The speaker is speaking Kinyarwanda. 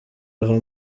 ava